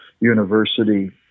University